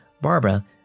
Barbara